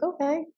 okay